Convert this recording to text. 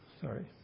Sorry